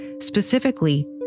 Specifically